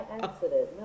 accident